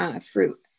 fruit